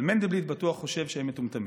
אבל מנדלבליט בטוח חושב שהם מטומטמים.